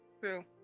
True